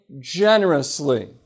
generously